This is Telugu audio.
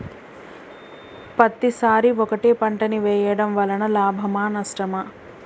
పత్తి సరి ఒకటే పంట ని వేయడం వలన లాభమా నష్టమా?